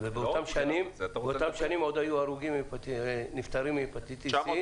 כשבאותן שנים נפטרו אנשים מהפטטיס C,